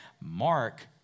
Mark